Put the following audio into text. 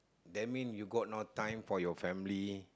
that mean you got no time for your family